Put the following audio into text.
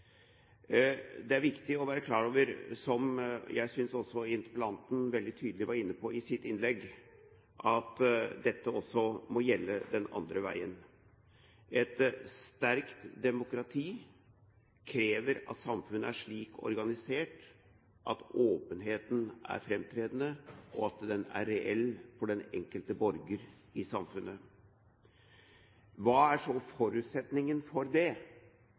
Det er viktig å være klar over, som jeg synes interpellanten veldig tydelig var inne på i sitt innlegg, at dette også må gjelde den andre veien. Et sterkt demokrati krever at samfunnet er slik organisert at åpenheten er framtredende, og at den er reell for den enkelte borger i samfunnet. Hva er så forutsetningen for det?